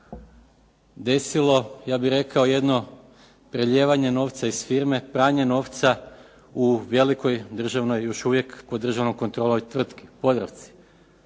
desilo, ja bih rekao jedno prelijevanje novca iz firme, pranje novca u velikoj državnoj još uvijek pod državnom kontrolom ove tvrtke Podravci.